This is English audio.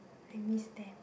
I miss them